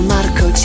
Marco